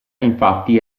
infatti